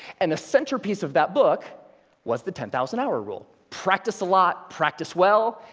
and the central piece of that book was the ten thousand hour rule. practice a lot, practice well,